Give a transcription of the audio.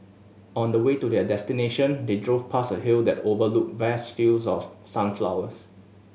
on the way to their destination they drove past a hill that overlooked vast fields of sunflowers